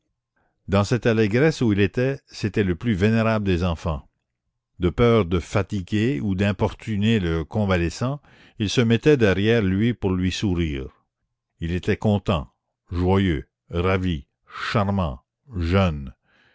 dans cette allégresse où il était c'était le plus vénérable des enfants de peur de fatiguer ou d'importuner le convalescent il se mettait derrière lui pour lui sourire il était content joyeux ravi charmant jeune